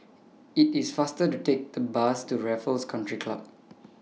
IT IS faster to Take The Bus to Raffles Country Club